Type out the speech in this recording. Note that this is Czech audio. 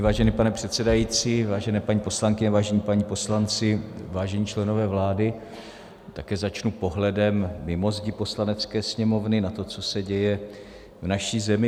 Vážený pane předsedající, vážené paní poslankyně, vážení páni poslanci, vážení členové vlády, také začnu pohledem mimo zdi Poslanecké sněmovny na to, co se děje v naší zemi.